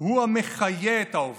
הוא המחיה את ההווה,